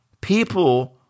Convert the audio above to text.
people